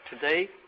today